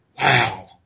wow